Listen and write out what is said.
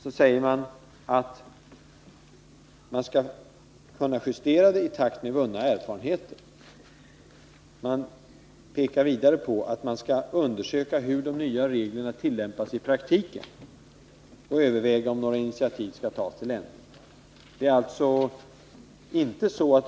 Sedan säger utskottet att lagen skall kunna justeras i takt med vunna erfarenheter. Vidare pekar utskottet på att man skall undersöka hur de nya reglerna tillämpas i praktiken och överväga om några initiativ skall tas till ändring.